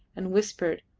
and whispered,